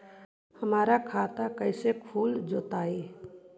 हमर खाता कैसे खुल जोताई?